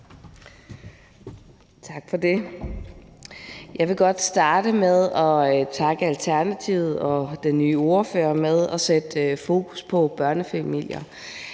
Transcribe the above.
Tak for det. Jeg vil godt starte med at takke Alternativet og den nye ordfører for at sætte fokus på børnefamilier.